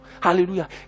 Hallelujah